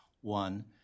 One